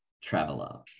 traveler